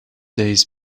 days